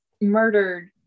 murdered